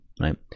right